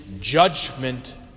Judgment